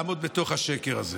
לעמוד בתוך השקר הזה.